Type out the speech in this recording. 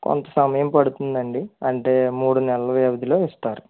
కొంతసమయం పడుతుందండి అంటే మూడు నెల్లు వ్యవధిలో ఇస్తారు